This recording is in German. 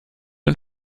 und